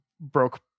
broke